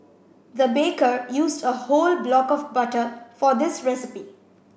the baker used a whole block of butter for this recipe